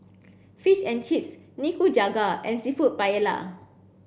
Fish and Chips Nikujaga and Seafood Paella